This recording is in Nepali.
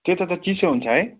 त्यता त चिसो हुन्छ है